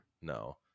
No